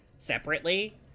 separately